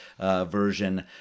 Version